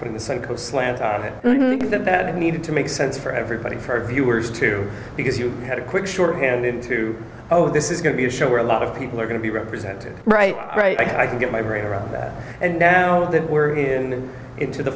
putting the psycho slant in the bad need to make sense for everybody for viewers too because you had a quick shorthand in to know this is going to be a show where a lot of people are going to be represented right right i can get my brain around that and know that we're going into the